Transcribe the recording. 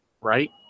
Right